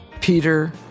Peter